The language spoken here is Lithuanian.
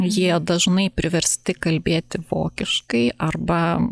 jie dažnai priversti kalbėti vokiškai arba